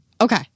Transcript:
Okay